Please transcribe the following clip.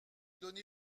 donné